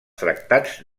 tractats